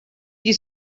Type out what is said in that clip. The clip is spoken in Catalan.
qui